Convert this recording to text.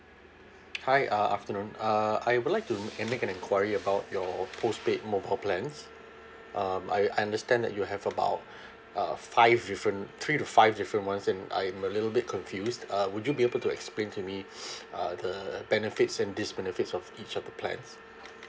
hi uh afternoon uh I would like to an make an enquiry about your postpaid mobile plans um I I understand that you have about err five different three to five different ones and I'm a little bit confused uh would you be able to explain to me uh the benefits and benefits of each of the plans